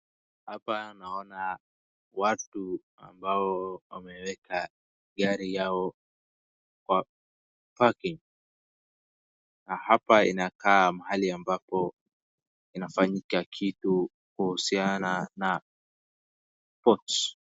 Hapa naona watu ambao wameweka gari yao kwa parking . Hapa inakaa mahali ambapo inafanyika kitu kuhusiana na port .